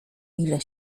ile